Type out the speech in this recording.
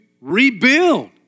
rebuild